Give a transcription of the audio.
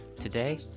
today